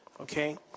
okay